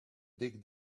dig